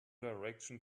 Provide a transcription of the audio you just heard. direction